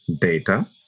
data